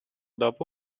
dopo